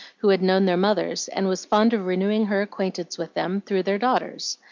who had known their mothers and was fond of renewing her acquaintance with them through their daughters.